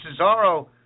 Cesaro